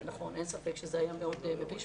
אין ספק שזה היה מאוד מביש,